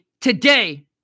today